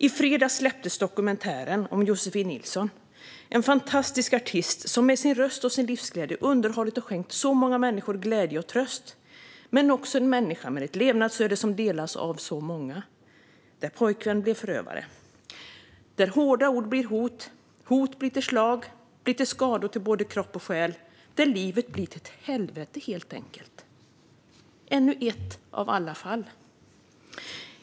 I fredags släpptes dokumentären om Josefin Nilsson. En fantastisk artist som med sin röst och sin livsglädje underhållit och skänkt så många människor glädje och tröst, men också en människa med ett levnadsöde som delas av så många. Pojkvän blir förövare. Hårda ord blir till hot, hot blir till slag och slag blir till skador på både kropp och själ. Livet blir till ett helvete, helt enkelt. Ännu ett av alla fall.